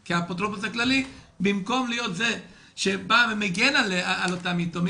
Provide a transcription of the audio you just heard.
כי האפוטרופוס הכללי במקום להיות זה שבא ומגן על אותם יתומים,